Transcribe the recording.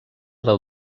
del